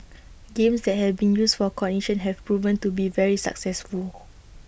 games that have been used for cognition have proven to be very successful